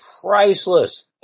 priceless